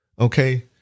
Okay